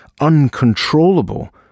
uncontrollable